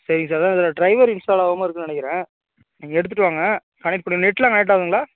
சரிங்க சார் அதான் அதில் ட்ரைவர் இன்ஸ்டாவில் ஆகாமல் இருக்குன்னு நினைக்கிறேன் நீங்கள் எடுத்துகிட்டு வாங்க கனெக்ட் பண்ணி நெட்லாம் கனெக்ட் ஆகுதுங்களா